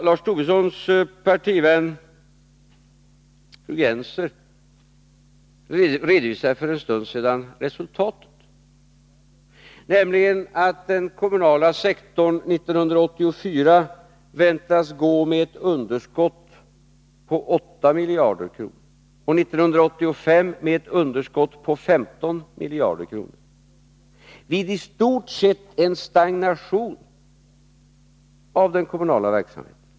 Lars Tobissons partivän fru Gennser redovisade för en stund sedan resultatet, nämligen att den kommunala sektorn år 1984 väntas gå med ett underskott på 8 miljarder och år 1985 med ett underskott på 15 miljarder, vid i stort sett en stagnation av den kommunala verksamheten.